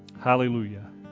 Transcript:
Hallelujah